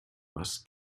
was